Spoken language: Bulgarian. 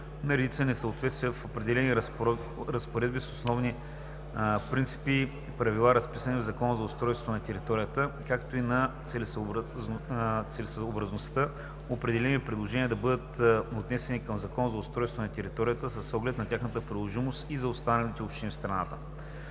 на редица несъответствия в отделни разпоредби с основни принципи и правила, разписани в Закона за устройство на територията, както и на целесъобразността определени предложения да бъдат отнесени към Закона за устройство на територията с оглед на тяхната приложимост и за останалите общини в страната.